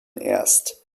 erst